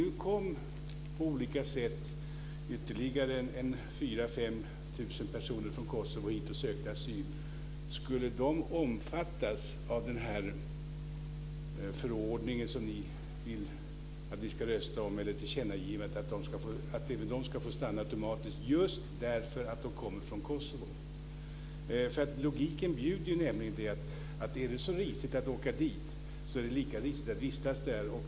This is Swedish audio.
Om det på olika sätt kom ytterligare 4 000-5 000 personer från Kosovo och sökte asyl här, skulle de också omfattas av det här tillkännagivandet som ni vill att vi ska rösta om? Skulle även de få stanna automatiskt just därför att de kommer från Kosovo? Logiken bjuder ju att om det är så risigt att åka dit är det lika risigt att vistas där.